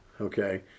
okay